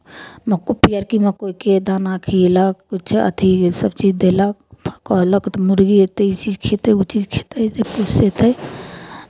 मक्कइ पिअरकी मक्कइके दाना खिएलक किछु अथि सभचीज देलक कहलक मुर्गी तऽ ई चीज खेतै ओ चीज खेतै से पोसयतै